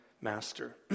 master